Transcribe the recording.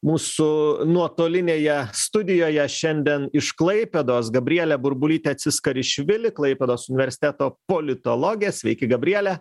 mūsų nuotolinėje studijoje šiandien iš klaipėdos gabrielė burbulytė atsiskarišvili klaipėdos universiteto politologė sveiki gabriele